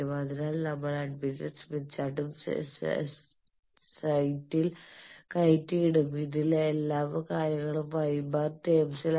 അതിനാൽ നമ്മൾ admittance Smith ചാർട്ടും സൈറ്റിൽ കയറ്റിയിടും ഇതിൽ എല്ലാ കാര്യങ്ങളും Ȳ ടേമ്സിലാണ്